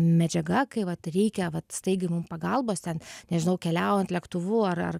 medžiaga kai vat reikia vat staigiai mum pagalbos ten nežinau keliaujant lėktuvu ar ar